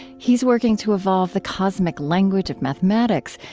he's working to evolve the cosmic language of mathematics,